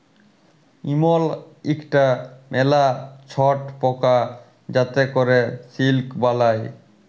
ইমল ইকটা ম্যালা ছট পকা যাতে ক্যরে সিল্ক বালাই